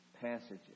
passages